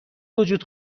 وجود